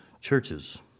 churches